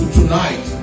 tonight